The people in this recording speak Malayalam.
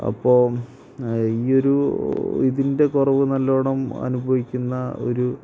അപ്പോൾ ഈയൊരു ഇതിൻ്റെ കുറവ് നല്ലവണ്ണം അനുഭവിക്കുന്ന ഒരു